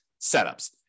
setups